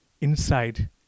inside